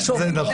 זה המונח בחוק.